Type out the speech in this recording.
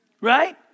Right